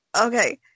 okay